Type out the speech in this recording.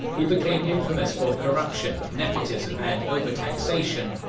who became infamous for corruption, nepotism and over taxation,